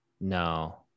no